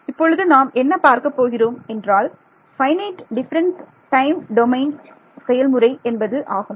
இப்பொழுது நாம் என்ன பார்க்க போகிறோம் என்றால் ஃபைனைட் டிஃபரன்ஸ் டைம் டொமைன் செயல்முறை என்பது ஆகும்